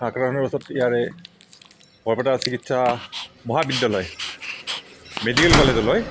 আক্ৰান্ত হোৱা পিছতে ইয়াৰে বৰপেটা চিকিৎসা মহাবিদ্যালয় মেডিকেল কলেজলৈ